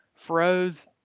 Froze